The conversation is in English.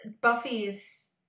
buffy's